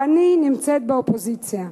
ואני נמצאת באופוזיציה.